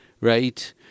right